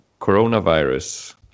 coronavirus